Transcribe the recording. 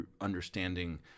understanding